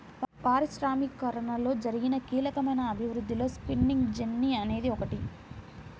పారిశ్రామికీకరణలో జరిగిన కీలకమైన అభివృద్ధిలో స్పిన్నింగ్ జెన్నీ అనేది ఒకటి